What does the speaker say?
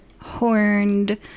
horned